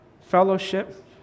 fellowship